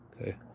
Okay